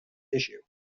issue